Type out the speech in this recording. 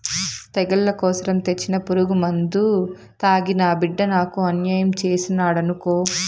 తెగుళ్ల కోసరం తెచ్చిన పురుగుమందు తాగి నా బిడ్డ నాకు అన్యాయం చేసినాడనుకో